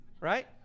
right